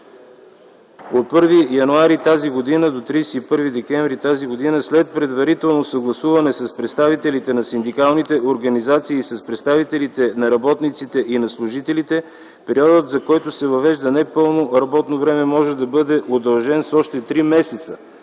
„От 1 януари до 31 декември 2010 г., след предварително съгласуване с представителите на синдикалните организации и с представителите на работниците и на служителите, периодът, за който се въвежда непълно работно време, може да бъде удължен с още три месеца,